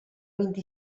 vint